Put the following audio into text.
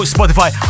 Spotify